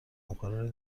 همکارانی